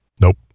Nope